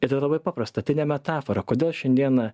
ir tada labai paprasta tai ne metafora kodėl šiandien